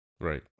right